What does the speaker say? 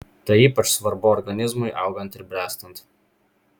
tai ypač svarbu organizmui augant ir bręstant